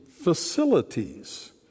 Facilities